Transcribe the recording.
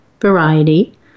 variety